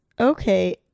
Okay